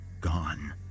gone